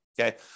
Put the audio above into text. okay